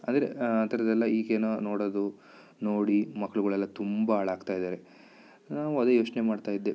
ಅಂದ್ರೆ ಆ ಥರದೆಲ್ಲ ಈಗೇನೋ ನೋಡೋದು ನೋಡಿ ಮಕ್ಳುಗಳೆಲ್ಲ ತುಂಬ ಹಾಳಾಗ್ತಾ ಇದ್ದಾರೆ ನಾವು ಅದೇ ಯೋಚನೆ ಮಾಡ್ತಾಯಿದ್ದೆ